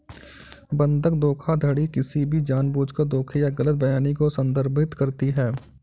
बंधक धोखाधड़ी किसी भी जानबूझकर धोखे या गलत बयानी को संदर्भित करती है